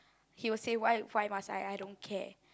he was say why why must I I don't care